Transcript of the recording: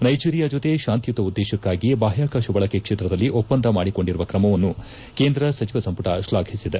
Nigeria ಜೊತೆ ಶಾಂತಿಯುತ ಉದ್ದೇಶಕ್ಕಾಗಿ ಬಾಹ್ಯಾಕಾಶ ಬಳಕೆ ಕ್ಷೇತ್ರದಲ್ಲಿ ಒಪ್ಪಂದ ಮಾಡಿಕೊಂಡಿರುವ ಕ್ರಮವನ್ನು ಕೇಂದ ಸಚಿವ ಸಂಪುಟ ಶ್ಲಾಘಿಸಿದೆ